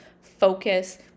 focus